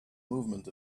movement